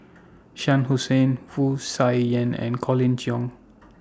Shah Hussain Wu Tsai Yen and Colin Cheong